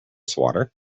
swatter